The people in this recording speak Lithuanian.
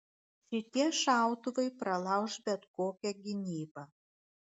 šitie šautuvai pralauš bet kokią gynybą